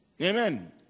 Amen